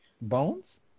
Bones